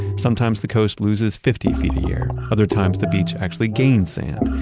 sometimes the coast loses fifty feet a year. other times, the beach actually gains sand.